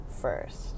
first